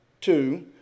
two